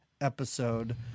episode